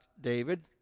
David